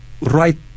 right